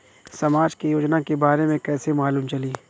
समाज के योजना के बारे में कैसे मालूम चली?